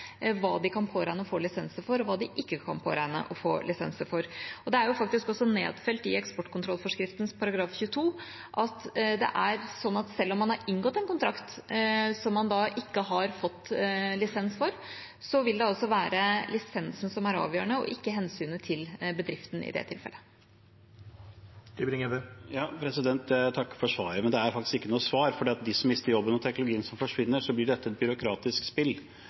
hva de kan påregne å få lisenser for, og hva de ikke kan påregne å få lisenser for. Det er faktisk også nedfelt i eksportkontrollforskriften § 22 at selv om man har inngått en kontrakt som man ikke har fått lisens for, vil det altså være lisensen som er avgjørende, og ikke hensynet til bedriften i det tilfellet. Jeg takker for svaret, men det er faktisk ikke noe svar. For dem som mister jobben, og teknologien som forsvinner, blir dette et byråkratisk spill.